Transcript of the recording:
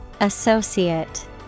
Associate